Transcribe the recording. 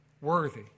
worthy